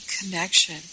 connection